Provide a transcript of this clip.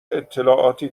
اطلاعاتی